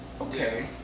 okay